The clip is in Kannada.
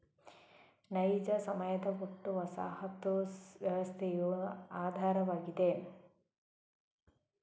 ನೈಜ ಸಮಯದ ಒಟ್ಟು ವಸಾಹತು ವ್ಯವಸ್ಥೆಯ ಆಧಾರವಾಗಿದೆ